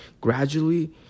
gradually